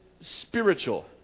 spiritual